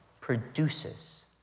produces